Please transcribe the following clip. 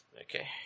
Okay